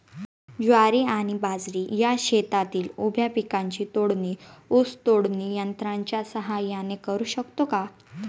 ज्वारी आणि बाजरी या शेतातील उभ्या पिकांची तोडणी ऊस तोडणी यंत्राच्या सहाय्याने करु शकतो का?